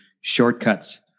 shortcuts